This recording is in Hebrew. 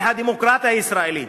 מהדמוקרטיה הישראלית,